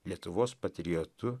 lietuvos patriotu